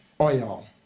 oil